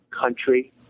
country